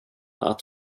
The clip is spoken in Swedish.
att